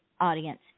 audience